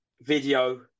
Video